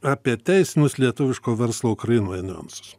apie teisinius lietuviško verslo ukrainoje niuansus